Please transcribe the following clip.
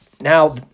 now